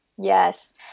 yes